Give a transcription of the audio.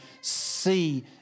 see